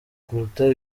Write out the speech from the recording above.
kuruta